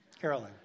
Carolyn